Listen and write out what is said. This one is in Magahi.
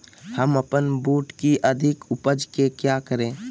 हम अपन बूट की अधिक उपज के क्या करे?